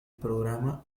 programa